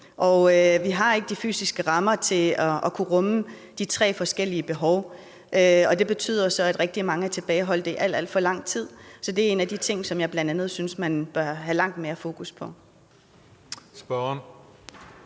og vi har ikke de fysiske rammer til at kunne rumme de tre forskellige behov. Og det betyder så, at rigtig mange er tilbageholdt i alt, alt for lang tid. Så det er en af de ting, som jeg bl.a. synes man bør have langt mere fokus på. Kl.